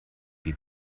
wir